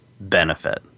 benefit